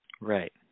Right